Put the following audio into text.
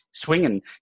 Swinging